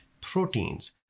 proteins